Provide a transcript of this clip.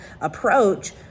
approach